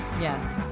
Yes